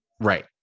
Right